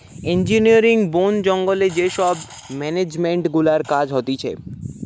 engineering, বোন জঙ্গলে যে সব মেনেজমেন্ট গুলার কাজ হতিছে